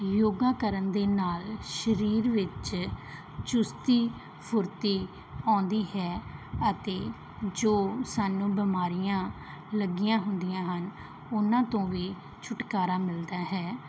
ਯੋਗਾ ਕਰਨ ਦੇ ਨਾਲ ਸਰੀਰ ਵਿੱਚ ਚੁਸਤੀ ਫੁਰਤੀ ਆਉਂਦੀ ਹੈ ਅਤੇ ਜੋ ਸਾਨੂੰ ਬਿਮਾਰੀਆਂ ਲੱਗੀਆਂ ਹੁੰਦੀਆਂ ਹਨ ਉਹਨਾਂ ਤੋਂ ਵੀ ਛੁਟਕਾਰਾ ਮਿਲਦਾ ਹੈ